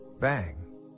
bang